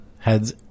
Heads